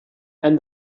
and